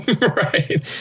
Right